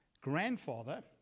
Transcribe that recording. grandfather